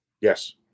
Yes